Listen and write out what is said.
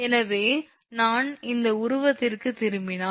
எனவே நான் இந்த உருவத்திற்குத் திரும்பினால் 𝑐 𝐻𝑊